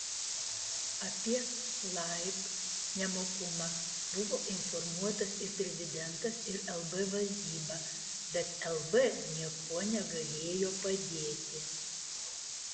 apie laib nemokumą buvo informuotas ir prezidentas ir lb valdyba bet lb niekuo negalėjo padėti